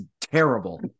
terrible